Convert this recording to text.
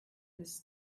this